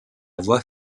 voie